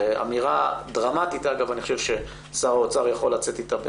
אמירה דרמטית, אני חושב ששר האוצר יכול לצאת אתה.